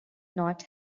not